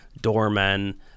doormen